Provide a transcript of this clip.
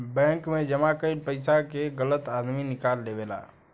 bank मे जमा कईल पइसा के गलत आदमी निकाल लेवेला